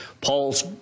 Paul's